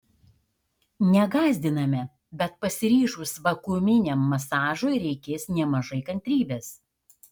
negąsdiname bet pasiryžus vakuuminiam masažui reikės nemažai kantrybės